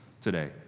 today